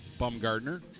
Bumgardner